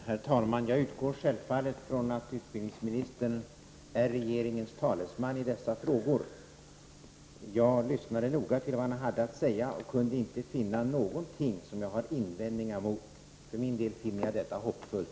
Herr talman! Jag utgår självfallet från att utbildningsministern är regeringens talesman i dessa frågor. Jag lyssnade noga till vad han hade att säga och kunde inte finna någonting som jag har invändningar mot. För min del finner jag detta hoppfullt.